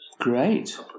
great